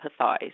empathize